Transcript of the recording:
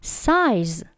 size